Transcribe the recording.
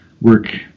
work